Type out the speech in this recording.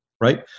Right